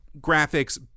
graphics